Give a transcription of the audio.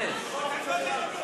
הולך להיות.